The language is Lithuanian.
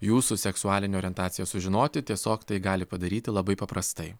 jūsų seksualinę orientaciją sužinoti tiesiog tai gali padaryti labai paprastai